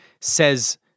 says